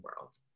world